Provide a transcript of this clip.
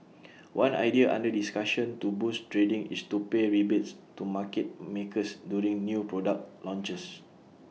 one idea under discussion to boost trading is to pay rebates to market makers during new product launches